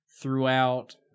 Throughout